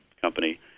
company